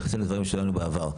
נכנסים לדברים שלא היינו בעבר.